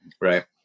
right